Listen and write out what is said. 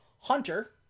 Hunter